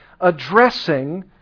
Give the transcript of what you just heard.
addressing